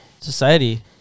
Society